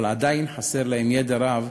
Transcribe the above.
אבל עדיין חסר להם ידע רב,